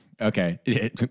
Okay